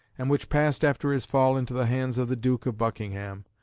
and which passed after his fall into the hands of the duke of buckingham,